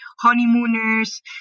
honeymooners